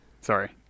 sorry